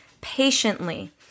patiently